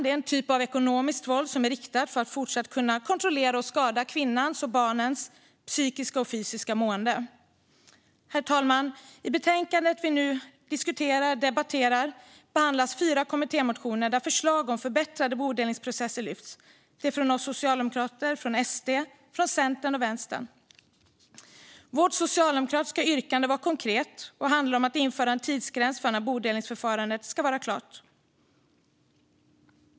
Det är en typ av ekonomiskt våld för att fortsatt kunna kontrollera och skada kvinnans och barnens psykiska och fysiska mående. Herr talman! I det betänkande vi nu debatterar behandlas fyra kommittémotioner där förslag om förbättrade bodelningsprocesser lyfts. De är från Socialdemokraterna och från SD, Centern och Vänstern. Det socialdemokratiska yrkandet var konkret och handlar om att införa en tidsgräns för när bodelningsförfarandet ska vara klart.